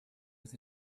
was